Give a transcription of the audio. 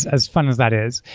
as fun as that is.